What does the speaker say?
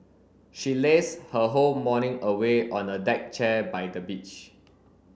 she lazed her whole morning away on a deck chair by the beach